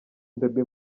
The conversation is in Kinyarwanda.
baby